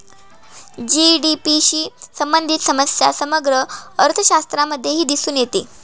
GDP शी संबंधित समस्या समग्र अर्थशास्त्रामध्येही दिसून येते